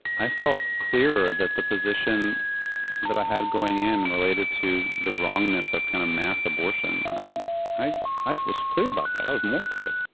i felt clearer that the position that i had going in related to the wrongness of kind of mass abortion. i i was clear about that. i was more clear.